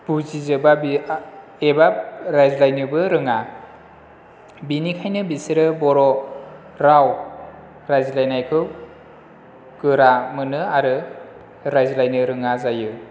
बुजिजोबा एबा रायज्लायनोबो रोङा बेनिखायनो बिसोरो बर' राव रायज्लायनायखौ गोरा मोनो आरो रायज्लायनो रोङा जायो